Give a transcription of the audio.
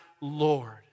Lord